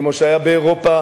כמו שהיה באירופה,